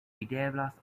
videblas